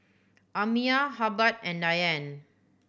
Amiyah Hubbard and Dianne